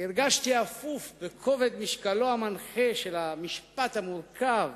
הרגשתי אפוף בכובד משקלו המנחה של המשפט המורכב